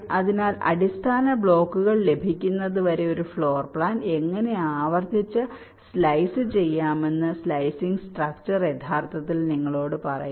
അതിനാൽ അടിസ്ഥാന ബ്ലോക്കുകൾ ലഭിക്കുന്നതുവരെ ഒരു ഫ്ലോർ പ്ലാൻ എങ്ങനെ ആവർത്തിച്ച് സ്ലൈസ് ചെയ്യാമെന്ന് സ്ലൈസിംഗ് സ്ട്രക്ച്ചർ യഥാർത്ഥത്തിൽ നിങ്ങളോട് പറയുന്നു